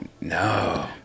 No